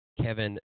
Kevin